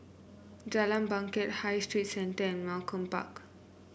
Jalan Bangket High Street Centre and Malcolm Park